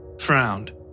frowned